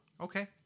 Okay